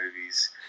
movies